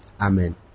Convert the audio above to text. Amen